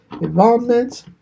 involvement